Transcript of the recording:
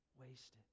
Wasted